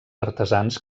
artesans